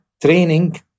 training